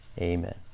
Amen